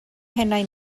pennau